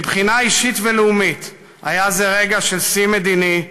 מבחינה אישית ולאומית היה זה רגע של שיא מדיני,